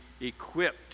equipped